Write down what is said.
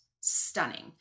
stunning